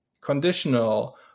conditional